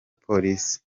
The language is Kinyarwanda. polisi